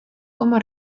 como